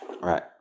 Right